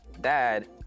dad